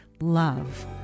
Love